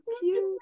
cute